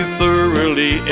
thoroughly